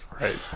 Right